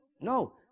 no